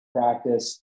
practice